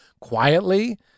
quietly